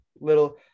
little